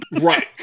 Right